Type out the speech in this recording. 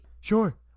Sure